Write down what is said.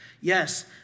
Yes